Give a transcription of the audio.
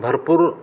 भरपूर